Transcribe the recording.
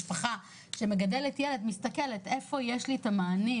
משפחה שמגדלת ילד מסתכלת איפה יש לי את המענים